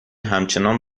همچنان